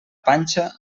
panxa